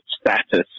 status